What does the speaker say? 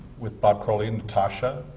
with bob crowley and natasha,